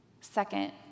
Second